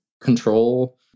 control